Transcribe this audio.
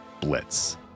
blitz